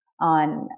on